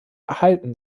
erhalten